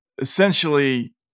essentially